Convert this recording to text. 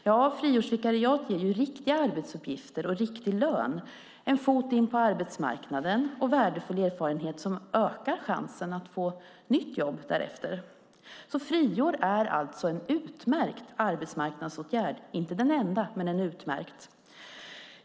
Ja, friårsvikariat innebär ju riktiga arbetsuppgifter och riktig lön, en fot in på arbetsmarknaden och värdefull erfarenhet som ökar chansen att få nytt jobb därefter. Friår är alltså en utmärkt arbetsmarknadsåtgärd. Det är inte den enda, men den är utmärkt.